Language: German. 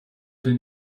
den